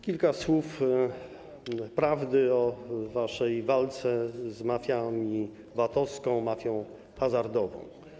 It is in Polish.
Kilka słów prawdy o waszej walce z mafią VAT-owską, mafią hazardową.